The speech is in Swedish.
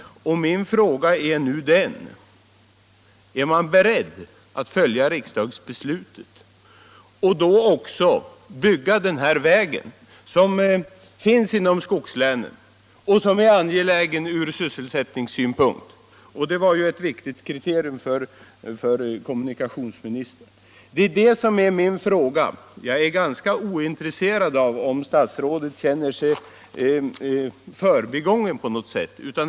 Min fråga är nu: Är statsrådet beredd att följa riksdagsbeslutet och då också bygga väg 989, som ligger inom skogslänen och som är angelägen från sysselsättningssynpunkt — det var ju ett viktigt kriterium för kommunikationsministern? Detta är min fråga. Jag är tämligen ointresserad av om statsrådet känner sig förbigången eller ej.